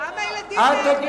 כמה ילדים נהרגו